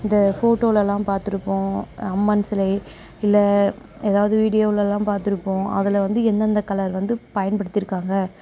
இந்த ஃபோட்டோலெல்லாம் பார்த்துருப்போம் அம்மன் சிலை இல்லை எதாவது வீடியோவில் எல்லாம் பார்த்துருப்போம் அதில் வந்து எந்தெந்த கலர் வந்து பயன்படுத்தியிருக்காங்க